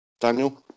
Daniel